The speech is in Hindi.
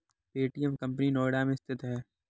पे.टी.एम कंपनी नोएडा में स्थित है